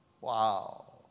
Wow